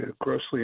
grossly